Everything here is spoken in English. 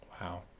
Wow